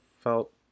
felt